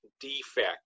defect